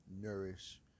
nourish